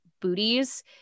booties